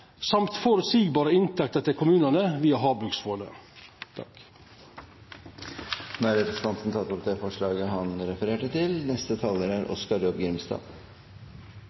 samt forutsigbare inntekter til kommunene via Havbruksfondet.» Representanten Ove Trellevik har tatt opp forslaget han refererte. Havbruk er